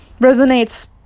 resonates